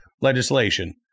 legislation